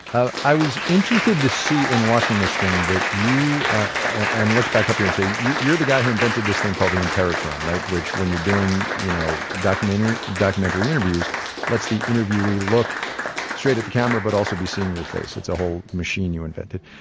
ah i was interested to see in watching this thing that you, and let's back up here and say you're the guy who invented this thing called the interrotron, which when you're doing, you know, documentary documentary interviews lets the interviewee look straight at the camera but also be seeing your face. it's a whole machine you invented.